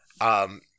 Um-